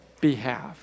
behalf